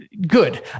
good